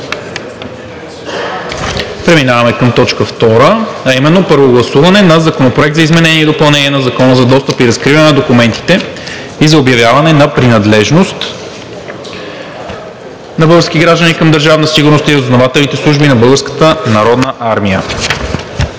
ред разгледа и обсъди Законопроект за изменение и допълнение на Закона за достъп и разкриване на документите и за обявяване на принадлежност на български граждани към Държавна сигурност и разузнавателните служби на Българската народна армия,